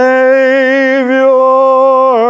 Savior